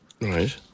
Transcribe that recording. Right